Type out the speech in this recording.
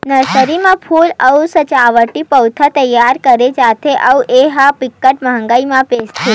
nursery म फूल अउ सजावटी पउधा तइयार करे जाथे अउ ए ह बिकट मंहगी म बेचाथे